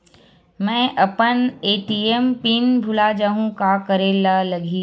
मैं अपन ATM PIN भुला जहु का करे ला लगही?